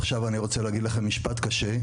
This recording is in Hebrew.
עכשיו אני רוצה להגיד לכם משפט קשה,